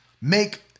Make